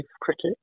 cricket